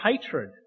Hatred